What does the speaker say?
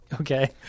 Okay